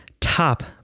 Top